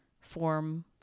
form